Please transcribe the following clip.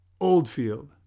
Oldfield